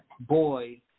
Boy